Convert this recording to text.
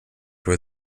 were